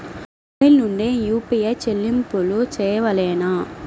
Mobile నుండే UPI చెల్లింపులు చేయవలెనా?